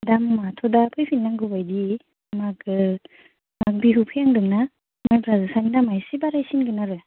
दामआथ' दा फैफिननांगौ बायदि मागो माग बिहु फैहांदों ना माइब्रा जोसानि दामआ एसे बारायसिनगोन आरो